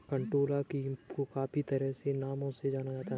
कंटोला को काफी तरह के नामों से जाना जाता है